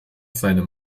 seine